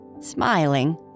Smiling